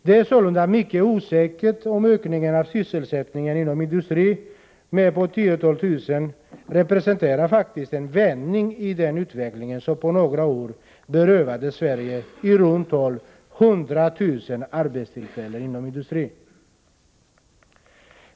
Det är sålunda mycket osäkert om ökningen av sysselsättningen inom industrin med något tiotal tusen representerar en vändning i den utveckling som på några år berövat Sverige i runt tal 100 000 arbetstillfällen inom industrin.